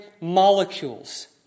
molecules